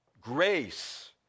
Grace